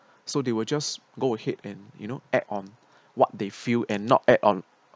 so they will just go ahead and you know act on what they feel and not act on